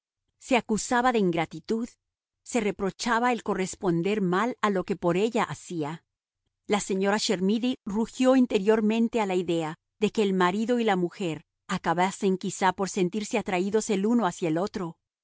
se acusaba de ingratitud se reprochaba el corresponder mal a lo que por ella hacía la señora chermidy rugió interiormente a la idea de que el marido y la mujer acabasen quizá por sentirse atraídos el uno hacia el otro